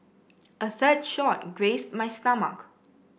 a third shot grazed my stomach